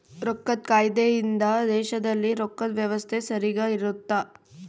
ರೊಕ್ಕದ್ ಕಾಯ್ದೆ ಇಂದ ದೇಶದಲ್ಲಿ ರೊಕ್ಕದ್ ವ್ಯವಸ್ತೆ ಸರಿಗ ಇರುತ್ತ